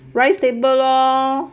rice table lor